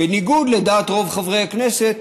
בניגוד לדעת רוב חברי הכנסת,